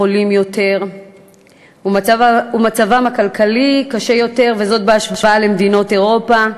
חולים יותר ומצבם הכלכלי קשה יותר בהשוואה למדינות אירופה.